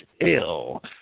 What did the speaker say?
ill